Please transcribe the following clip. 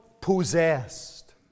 possessed